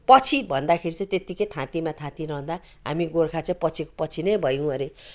पछि भन्दाखेरि चाहिँ त्यतिकै थाँतीमा थाँतीमा रहँदा हामी गोर्खा चाहिँ पछि नै भयौँ अरे